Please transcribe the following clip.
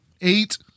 eight